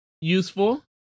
useful